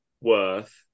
worth